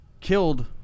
killed